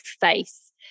face